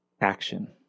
action